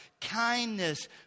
kindness